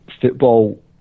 football